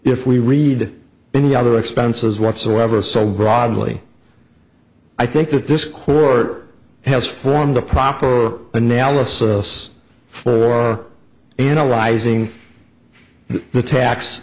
if we read any other expenses whatsoever so broadly i think that this court has formed a proper analysis for analyzing the tax